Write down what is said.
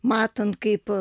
matant kaip